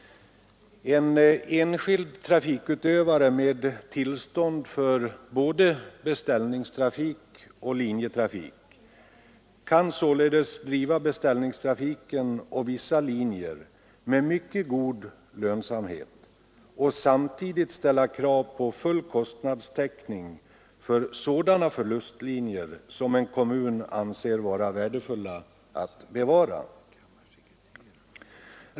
En enskild trafikutövare med tillstånd för både beställningstrafik och linjetrafik kan således driva beställningstrafiken och vissa linjer med mycket god lönsamhet och samtidigt ställa krav på full kostnadstäckning för sådana förlustlinjer som en kommun anser vara värdefulla att bevara.